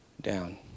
down